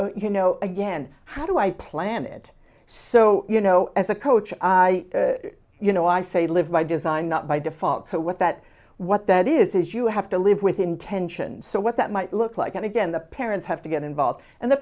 resources you know again how do i plan it so you know as a coach i you know i say live by design not by default so what that what that is is you have to live with intention so what that might look like and again the parents have to get involved and the